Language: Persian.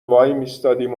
وایمیستادیم